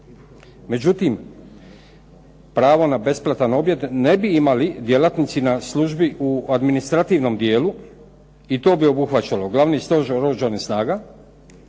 Međutim, pravo na besplatan objed ne bi imali djelatnici na službi u administrativnom dijelu i to bi obuhvaćalo Glavni stožer Oružanih snaga,